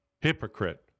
hypocrite